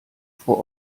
vor